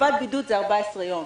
תקופת בידוד זה 14 יום.